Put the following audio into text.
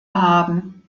haben